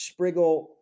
Spriggle